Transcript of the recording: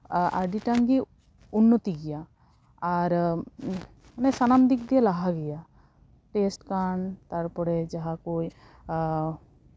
ᱟᱹᱰᱤᱴᱟ ᱜᱮ ᱩᱱᱱᱚᱛᱤ ᱜᱮᱭᱟ ᱟᱨ ᱥᱟᱱᱟᱢ ᱫᱤᱠ ᱫᱤᱭᱮ ᱞᱟᱦᱟ ᱜᱮᱭᱟ ᱴᱮᱥᱴ ᱠᱟᱱ ᱛᱟᱨᱯᱚᱨᱮ ᱡᱟᱦᱟᱸ ᱠᱚ ᱦᱮᱸ